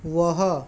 वह